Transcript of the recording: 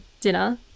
dinner